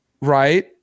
Right